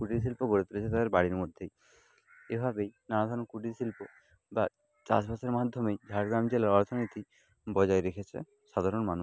কুটিরশিল্প গড়ে তুলেছে তাদের বাড়ির মধ্যেই এভাবেই নানা ধরনের কুটিরশিল্প বা চাষবাসের মাধ্যমেই ঝাড়গ্রাম জেলার অর্থনীতি বজায় রেখেছে সাধারণ মানুষ